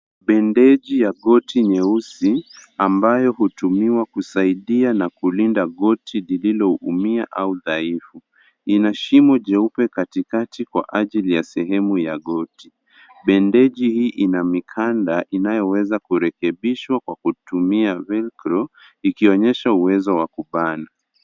Bendeji ya goti nyeusi, ambayo hutumiwa kusaidia na kulinda goti lililoumia au dhaifu. Ina shimo jeupe katikati kwa ajili ya sehemu ya goti. Bendeji hii ina mikanda inayoweza kurekebishwa kwa kutumia veil crow ikionyesha uwezo wa kubana.